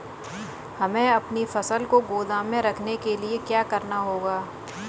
हमें अपनी फसल को गोदाम में रखने के लिये क्या करना होगा?